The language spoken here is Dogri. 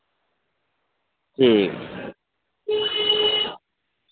ठीक